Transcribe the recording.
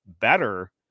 better